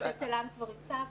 את התל"ן כבר הצגנו.